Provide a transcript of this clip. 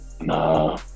nah